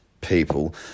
people